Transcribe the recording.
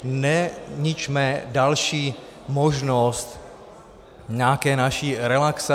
Neničme další možnost nějaké naší relaxace.